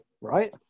right